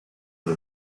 the